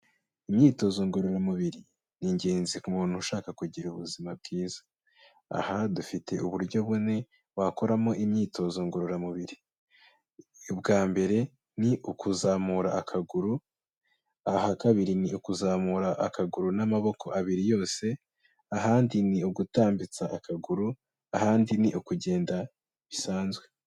Imyitozo ngororamubiri ni ingenzi ku muntu ushaka kugira ubuzima bwiza. Aha dufite uburyo bune wakoramo imyitozo ngororamubiri, ubwa mbere ni ukuzamura akaguru, aha kabiri ni ukuzamura akaguru n'amaboko abiri yose, ahandi ni ugutambitsa akaguru, ahandi ni ukugenda bisanzwe.